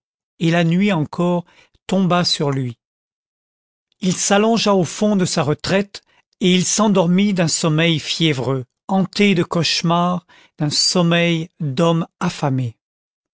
et la nuit encore tomba sur lui il s'allongea au fond de sa retraite et il s'endormit d'un sommeil fiévreux hanté de cauchemars d'un sommeil d'homme affamé